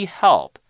help